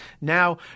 Now